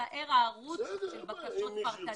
ויישאר ערוץ לבקשות פרטניות.